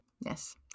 Yes